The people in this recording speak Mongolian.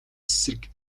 эсрэг